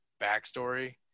backstory